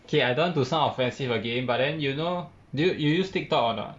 K I don't want to sound offensive again but then you know do you you use TikTok or not